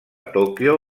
tòquio